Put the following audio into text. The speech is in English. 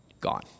gone